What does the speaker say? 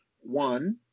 One